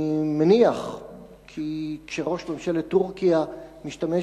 אני מניח כי כשראש ממשלת טורקיה משתמש